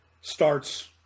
starts